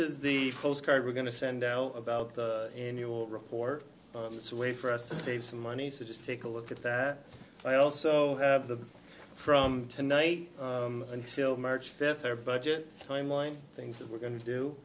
is the postcard we're going to send out about the annual report this way for us to save some money so just take a look at that i also have the from tonight until march fifth or budget timeline things that we're going to do